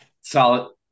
Solid